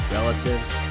relatives